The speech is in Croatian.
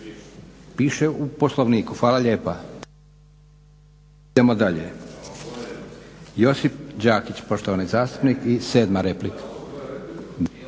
Piše u Poslovniku. Hvala lijepa. Idemo dalje. Josip Đakić, poštovani zastupnik i sedma replika.